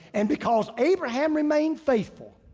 and because abraham remain faithful,